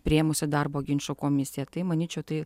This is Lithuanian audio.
priėmusi darbo ginčų komisija tai manyčiau tai